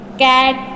cat